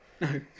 No